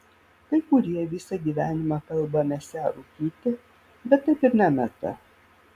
kai kurie visą gyvenimą kalba mesią rūkyti bet taip ir nemeta